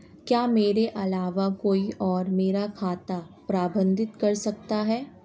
क्या मेरे अलावा कोई और मेरा खाता प्रबंधित कर सकता है?